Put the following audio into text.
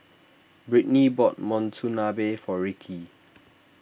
Brittnee bought Monsunabe for Ricki